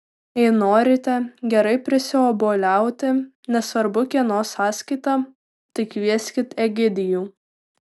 jei norite gerai prisiobuoliauti nesvarbu kieno sąskaita tai kvieskit egidijų